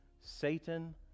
Satan